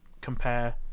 compare